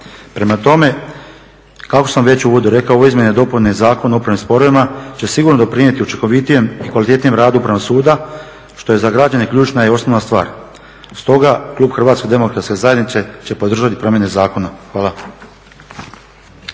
Prema tome, kako sam već u uvodu rekao, ove izmjene i dopune Zakona o upravnim sporovima će sigurno doprinijeti učinkovitijem i kvalitetnijem radu upravnog suda što je za građane ključna i osnovna stvar. Stoga, klub HDZ-a će podržati promjene zakona. Hvala.